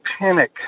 panic